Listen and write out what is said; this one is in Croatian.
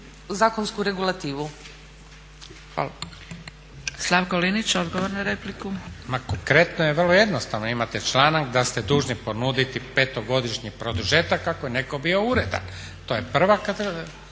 na repliku. **Linić, Slavko (Nezavisni)** Ma konkretno je vrlo jednostavno, imate članak da ste dužni ponuditi petogodišnji produžetak ako je neko bio uredan. To je prva